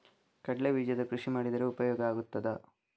ಕಡ್ಲೆ ಬೀಜದ ಕೃಷಿ ಮಾಡಿದರೆ ಉಪಯೋಗ ಆಗುತ್ತದಾ?